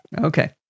Okay